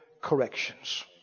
corrections